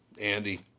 Andy